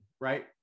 right